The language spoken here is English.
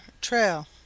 Trail